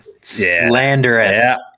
Slanderous